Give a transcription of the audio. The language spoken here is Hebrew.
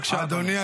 בבקשה, אדוני.